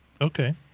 Okay